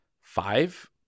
five